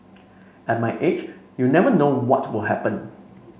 at my age you never know what will happen